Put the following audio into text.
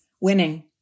winning